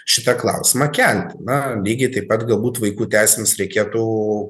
šitą klausimą kelti na lygiai taip pat galbūt vaikų teisėms reikėtų